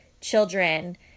children